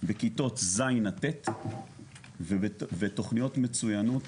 בכיתות ז' עד ט' ותוכניות מצויינות